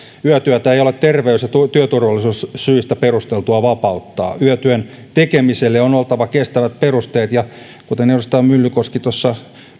yötyötä ei ole terveys ja työturvallisuussyistä perusteltua vapauttaa yötyön tekemiselle on oltava kestävät perusteet ja kuten edustaja myllykoski tuossa